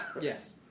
Yes